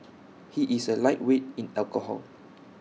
he is A lightweight in alcohol